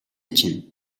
чинь